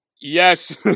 Yes